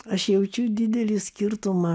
aš jaučiu didelį skirtumą